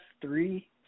Three